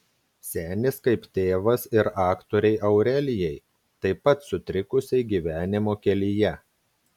senis kaip tėvas ir aktorei aurelijai taip pat sutrikusiai gyvenimo kelyje